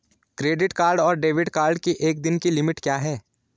Credit card और debit card की एक दिन की लिमिट क्या है?